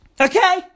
Okay